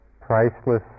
priceless